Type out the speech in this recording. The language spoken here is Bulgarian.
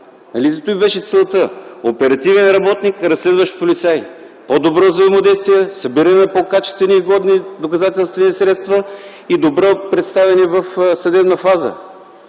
Нали това беше целта: оперативен работник-разследващ полицай, по-добро взаимодействие, събиране на качествени и годни доказателствени средства и добро представяне в съдебната фаза